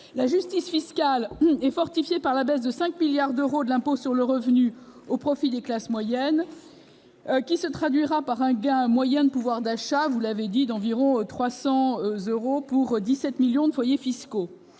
La justice fiscale est renforcée au travers de la baisse de 5 milliards d'euros de l'impôt sur le revenu au profit des classes moyennes, qui se traduira par un gain moyen de pouvoir d'achat de près de 300 euros pour 17 millions de foyers fiscaux.